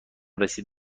رسید